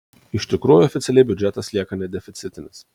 iš tikrųjų oficialiai biudžetas lieka nedeficitinis